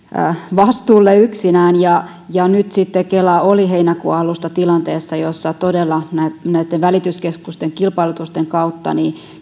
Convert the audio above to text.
vastuulle yksinään ja ja nyt sitten kela oli heinäkuun alusta tilanteessa jossa todella näitten näitten välityskeskusten kilpailutusten kautta